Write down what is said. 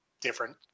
different